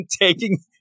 taking